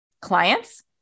clients